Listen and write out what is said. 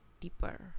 deeper